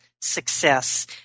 success